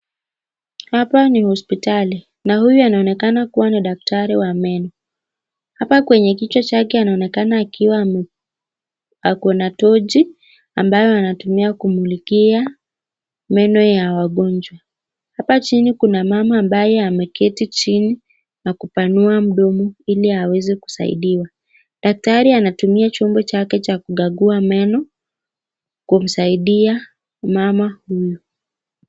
Hapa ni hospitali. Na huyu anaonekana kuwa ni daktari wa meno. Hapa kwenye kichwa chake anaonekana akiwa ame ako na tochi ambayo anatumia kumulikia meno ya wagonjwa. Hapa chini kuna mama ambaye ameketi chini na kupanua mdomo ili aweze kusaidiwa. Daktari anatumia chombo chake cha kugagua meno kumsaidia mama huyu.